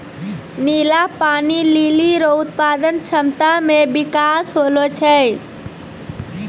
नीला पानी लीली रो उत्पादन क्षमता मे बिकास होलो छै